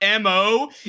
MO